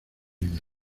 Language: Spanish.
vida